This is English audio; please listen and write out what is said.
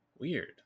Weird